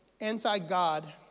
anti-God